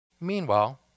Meanwhile